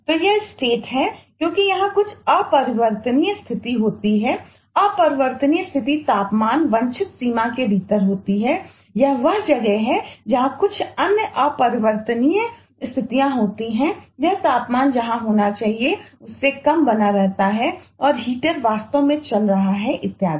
तो यह एक स्टेट वास्तव में चल रहा है इत्यादि